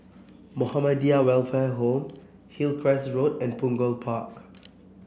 Muhammadiyah Welfare Home Hillcrest Road and Punggol Park